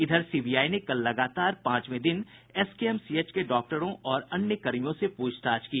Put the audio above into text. इधर सीबीआई ने कल लगातार पांचवे दिन एसकेएमसीएच के डाक्टरों और अन्य कर्मियों से पूछताछ की